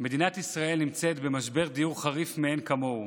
מדינת ישראל נמצאת במשבר דיור חריף מאין כמוהו,